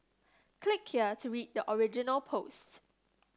click here to read the original posts